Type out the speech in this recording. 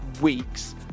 weeks